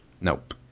Nope